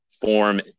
form